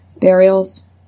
burials